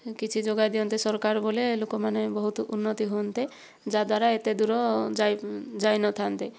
କିଛି ଯୋଗାଇଦିଅନ୍ତେ ସରକାର ବୋଲେ ଲୋକମାନେ ବହୁତ ଉନ୍ନତି ହୁଅନ୍ତେ ଯାହାଦ୍ଵାରା ଏତେ ଦୂର ଯାଇନଥାନ୍ତେ